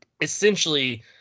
essentially